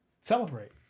celebrate